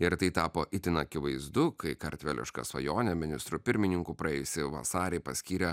ir tai tapo itin akivaizdu kai kartveliška svajonė ministru pirmininku praėjusį vasarį paskyrė